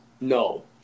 No